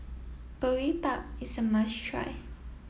Boribap is a must try